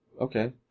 okay